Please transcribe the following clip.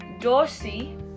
Dorsey